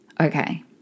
Okay